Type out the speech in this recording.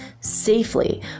safely